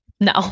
No